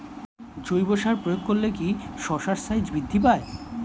জৈব সার প্রয়োগ করলে কি শশার সাইজ বৃদ্ধি পায়?